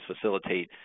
facilitate